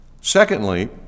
Secondly